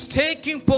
taking